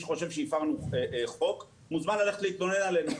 שחושב שהפרנו חוק מוזמן להתלונן עלינו.